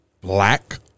black